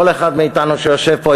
כל אחד מאתנו שיושב פה,